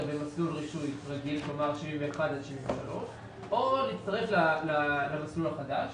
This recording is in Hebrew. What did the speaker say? במסלול רישוי רגיל 71 עד 73 או להצטרף למסלול החדש,